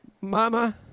Mama